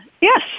Yes